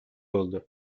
oldu